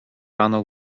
rano